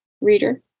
reader